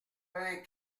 vingt